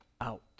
out